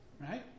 right